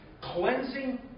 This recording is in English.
cleansing